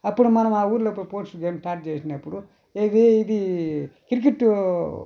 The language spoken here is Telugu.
అప్పుడు మనం ఆ ఊరిలో పోస్ట్ గేమ్ స్టార్ట్ చేసినప్పుడు ఏవి ఇది క్రికెట్టు